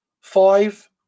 Five